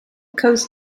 coast